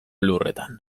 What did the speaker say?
lurretan